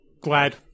glad